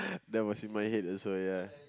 that was in my head also ya